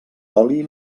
oli